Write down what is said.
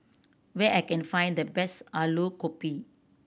where I can find the best Alu Gobi